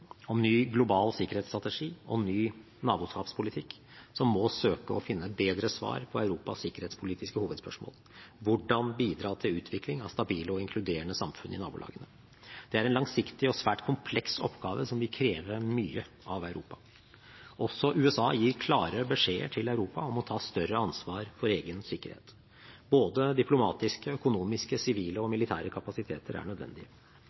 om ny global sikkerhetsstrategi og ny naboskapspolitikk – som må søke å finne bedre svar på Europas sikkerhetspolitiske hovedspørsmål: hvordan bidra til utvikling av stabile og inkluderende samfunn i nabolagene. Det er en langsiktig og svært kompleks oppgave som vil kreve mye av Europa. Også USA gir klare beskjeder til Europa om å ta større ansvar for egen sikkerhet. Både diplomatiske, økonomiske, sivile og militære kapasiteter er